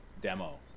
demo